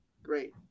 Great